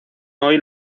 hoy